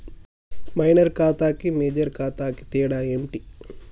Minor ఖాతా కి major ఖాతా కి తేడా ఏంటి?